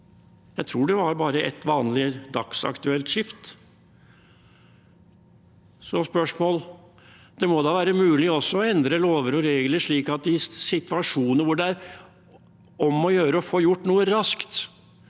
Jeg tror det var bare et vanlig dagskift. Så spørsmålet er: Det må da være mulig også å endre lover og regler slik at i situasjoner hvor det er om å gjøre å få gjort noe raskt,